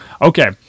Okay